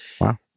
Wow